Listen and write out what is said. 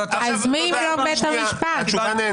אתה לא יודע לתת אותה.